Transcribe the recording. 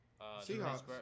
Seahawks